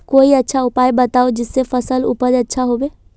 कोई अच्छा उपाय बताऊं जिससे फसल उपज अच्छा होबे